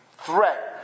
threat